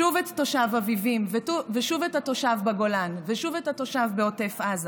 שוב את תושב אביבים ושוב את התושב בגולן ושוב את התושב בעוטף עזה.